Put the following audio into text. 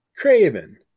Craven